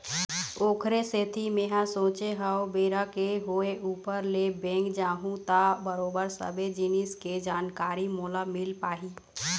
ओखरे सेती मेंहा सोचे हव बेरा के होय ऊपर ले बेंक जाहूँ त बरोबर सबे जिनिस के जानकारी मोला मिल पाही